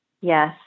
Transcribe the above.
Yes